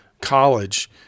college